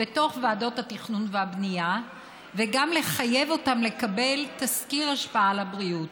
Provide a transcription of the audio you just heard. בתוך ועדות התכנון והבנייה וגם לחייב אותן לקבל תסקיר השפעה על הבריאות.